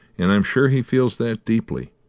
and i'm sure he feels that deeply.